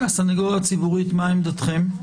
הסנגוריה הציבורית, מה עמדתכם?